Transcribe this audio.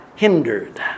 hindered